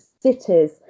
cities